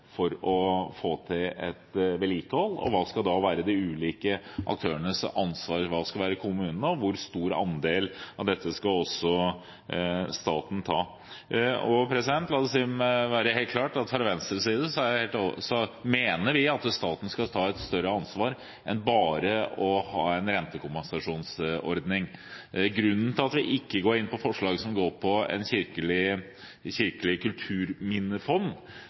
for å få til vedlikeholdet, og hva som da skal være de ulike aktørenes ansvar, hva som skal være kommunenes, og hvor stor andel av dette staten skal ta. La det være helt klart at fra Venstres side mener vi at staten skal ta et større ansvar enn bare å ha en rentekompensasjonsordning. Grunnen til at vi ikke går med på forslag om et kirkelig kulturminnefond, er at jeg er usikker på